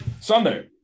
Sunday